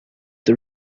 the